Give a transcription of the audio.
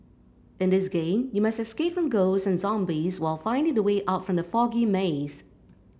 in this game you must escape from ghosts and zombies while finding the way out from the foggy maze